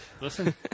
Listen